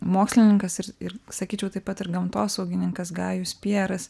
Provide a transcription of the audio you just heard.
mokslininkas ir ir sakyčiau taip pat ir gamtosaugininkas gajus pjeras